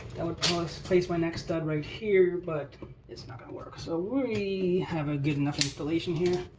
that would place my next stud right here but it's not going to work. so, we have a good enough installation here.